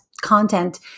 content